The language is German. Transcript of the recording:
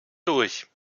durch